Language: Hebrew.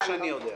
זה הכול.